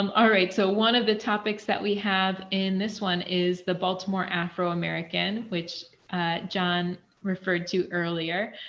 um alright, so one of the topics that we have in this one is the baltimore afro american which john referred to earlier,